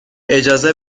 اجازه